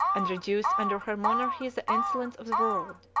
and reduce under her monarchy the insolence of the world.